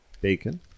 bacon